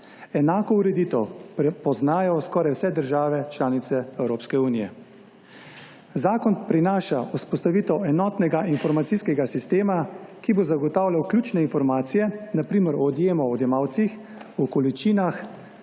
Enako ureditev poznajo skoraj vse države članice Evropske unije. Zakon prinaša vzpostavitev enotnega informacijskega sistema, ki bo zagotavljal ključne informacije, na primer o odjemalcih, o količinah.